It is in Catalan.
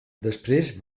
després